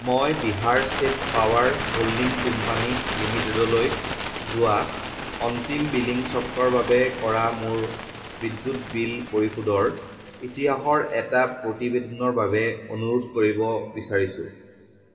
মই Bihar state power holding company লিমিটেডলৈ যোৱা অন্তিম বিলিং চক্ৰৰ বাবে কৰা মোৰ বিদ্যুৎ বিল পৰিশোধৰ ইতিহাসৰ এটা প্ৰতিবেদনৰ বাবে অনুৰোধ কৰিব বিচাৰিছোঁ